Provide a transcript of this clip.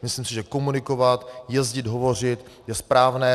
Myslím si, že komunikovat, jezdit hovořit je správné.